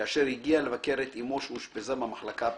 כאשר הגיע לבקר את אמו שאושפזה במחלקה הפנימית.